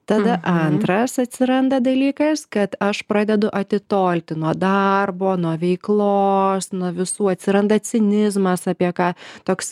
tada antras atsiranda dalykas kad aš pradedu atitolti nuo darbo nuo veiklos nuo visų atsiranda cinizmas apie ką toks